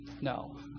No